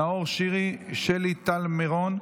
נאור שירי ושלי טל מירון,